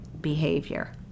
behavior